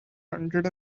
hundred